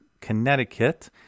Connecticut